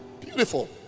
Beautiful